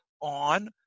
on